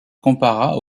compara